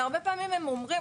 והרבה פעמים הם אומרים,